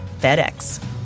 FedEx